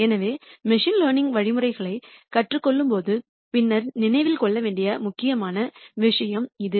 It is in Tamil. எனவே மெஷின் லேர்னிங் வழிமுறைகளைக் கற்றுக் கொள்ளும்போது பின்னர் நினைவில் கொள்ள வேண்டிய முக்கியமான விஷயம் இது